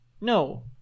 No